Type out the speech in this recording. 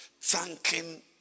thanking